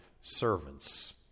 servants